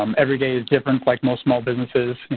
um every day is different like most small businesses.